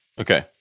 Okay